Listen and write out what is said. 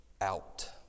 out